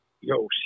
yo